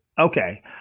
Okay